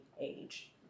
age